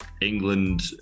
England